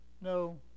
No